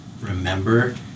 remember